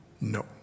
No